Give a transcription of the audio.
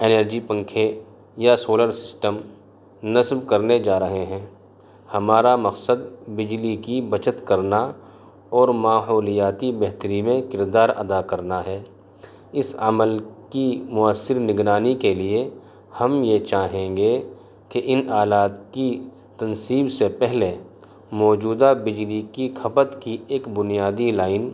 energy پنکھے یا solar system نصب کرنے جا رہے ہیں ہمارا مقصد بجلی کی بچت کرنا اور ماحولیاتی بہتری میں کردار ادا کرنا ہے اس عمل کی مؤثر نگرانی کے لیے ہم یہ چاہیں گے کہ ان آلات کی تنصیب سے پہلے موجودہ بجلی کی کھپت کی ایک بنیادی لائن